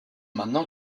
maintenant